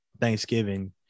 Thanksgiving